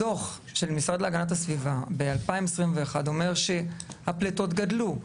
הדוח של המשרד להגנת הסביבה ב-2021 אומר שהפלטות גדלו.